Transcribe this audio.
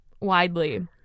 widely